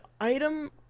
item